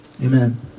Amen